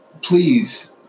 please